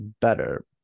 better